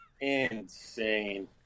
Insane